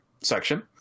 section